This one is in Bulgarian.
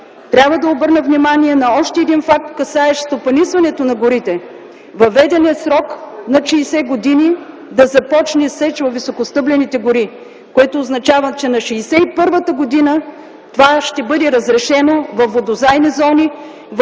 Трябва да обърна внимание на още един факт, касаещ стопанисването на горите. Въведен е срок над 60 години да започне сеч във високостеблените гори, което означава, че на 61-та година това ще бъде разрешено във вододайни зони,